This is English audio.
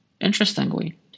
Interestingly